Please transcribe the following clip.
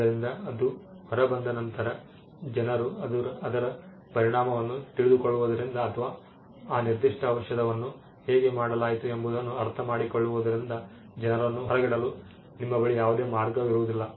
ಆದ್ದರಿಂದ ಅದು ಹೊರಬಂದ ನಂತರ ಜನರು ಅದರ ಪರಿಣಾಮವನ್ನು ತಿಳಿದುಕೊಳ್ಳುವುದರಿಂದ ಅಥವಾ ಆ ನಿರ್ದಿಷ್ಟ ಔಷಧವನ್ನು ಹೇಗೆ ಮಾಡಲಾಯಿತು ಎಂಬುದನ್ನು ಅರ್ಥಮಾಡಿಕೊಳ್ಳುವುದರಿಂದ ಜನರನ್ನು ಹೊರಗಿಡಲು ನಿಮ್ಮ ಬಳಿ ಯಾವುದೇ ಮಾರ್ಗವಿಲ್ಲ